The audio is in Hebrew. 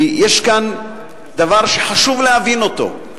כי יש כאן דבר שחשוב להבין אותו: